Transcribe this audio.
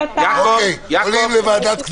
עולים לוועדת הכנסת.